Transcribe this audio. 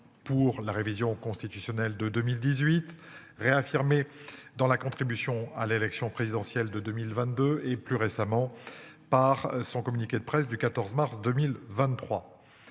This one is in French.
pour la révision constitutionnelle de 2018, réaffirmé dans la contribution à l'élection présidentielle de 2022 et plus récemment par son communiqué de presse du 14 mars 2023.